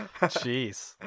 Jeez